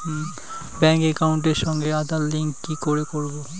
Bank একাউন্টের সঙ্গে Aadhaar link কি করে করবো?